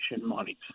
money